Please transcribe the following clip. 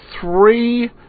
three